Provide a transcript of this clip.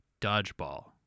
dodgeball